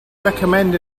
recommend